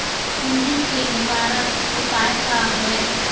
सुंडी के निवारक उपाय का होए?